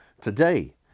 today